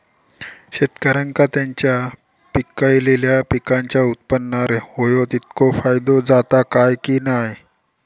शेतकऱ्यांका त्यांचा पिकयलेल्या पीकांच्या उत्पन्नार होयो तितको फायदो जाता काय की नाय?